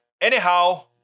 Anyhow